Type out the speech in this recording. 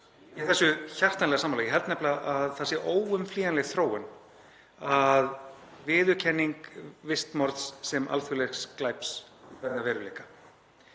er þessu hjartanlega sammála. Ég held nefnilega að það sé óumflýjanleg þróun að viðurkenning vistmorðs sem alþjóðlegs glæps verði að veruleika.